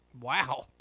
Wow